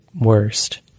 worst